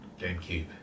GameCube